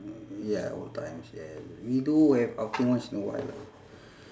ya old times yes we do have outing once in a while lah